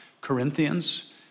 Corinthians